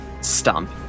stump